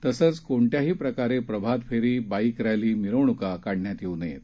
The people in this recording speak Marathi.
तसंच कोणत्याही प्रकारे प्रभात फेरी बाईक रॅली मिरवणूका काढण्यात येऊ नयेत